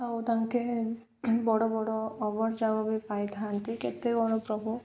ଆଉ ତାଙ୍କେ ବଡ଼ ବଡ଼ ବି ପାଇଥାନ୍ତି କେତେ ବଡ଼ ପ୍ରଭୁ